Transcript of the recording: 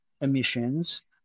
emissions